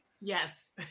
Yes